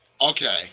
Okay